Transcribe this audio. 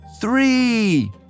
Three